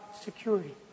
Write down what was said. security